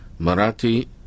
Marathi